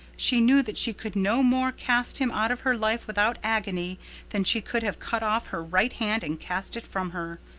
she knew that she could no more cast him out of her life without agony than she could have cut off her right hand and cast it from her.